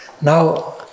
now